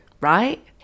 right